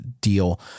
deal